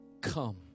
come